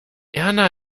erna